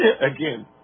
again